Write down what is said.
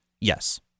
Yes